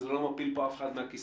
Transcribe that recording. וזה לא מפיל כאן אף אחד מהכיסא,